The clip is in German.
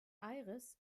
aires